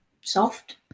soft